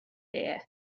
air